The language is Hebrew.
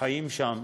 שחיים שם,